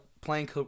playing